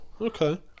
Okay